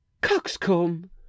Coxcomb